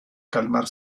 calmar